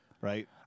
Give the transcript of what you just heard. Right